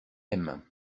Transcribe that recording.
aime